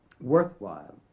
worthwhile